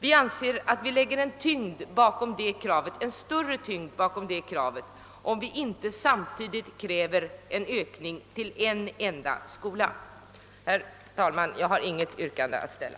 Vi anser att vi lägger en större tyngd bakom det kravet, om vi inte samtidigt kräver en ökning till en enda skola. Herr talman! Jag har inget yrkande att ställa.